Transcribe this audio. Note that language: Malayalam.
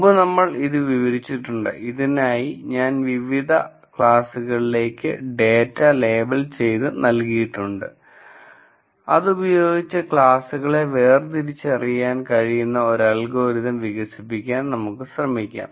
മുമ്പ് നമ്മൾ ഇത് വിവരിച്ചിട്ടുണ്ട് ഇതിനായി ഞാൻ വിവിധ ക്ലാസുകളിലേക്ക് ഡാറ്റ ലേബൽ ചെയ്ത് നൽകിയിട്ടുണ്ട്ഈ അതുപയോഗിച്ച് ക്ലാസുകളെ വേർതിരിച്ചറിയാൻ കഴിയുന്ന ഒരു അൽഗോരിതം വികസിപ്പിക്കാൻ നമുക്ക് ശ്രമിക്കാം